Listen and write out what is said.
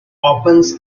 opens